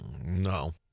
No